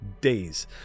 days